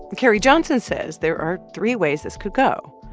carrie johnson says there are three ways this could go.